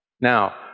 Now